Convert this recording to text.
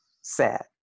sad